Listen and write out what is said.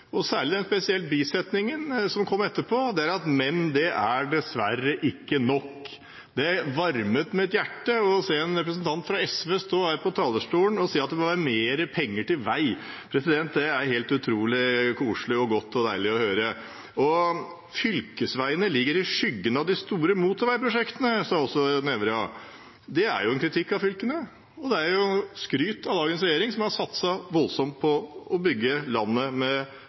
høre, særlig bisetningen som kom etter, om at det dessverre ikke er nok. Det varmet mitt hjerte å se en representant fra SV stå her på talerstolen og si at vi må ha mer penger til vei. Det er helt utrolig koselig og godt og deilig å høre. Fylkesveiene lever i skyggen av de store motorveiprosjektene, sa også Nævra. Det er en kritikk av fylkene, og det er skryt av dagens regjering, som har satset voldsomt på å bygge landet med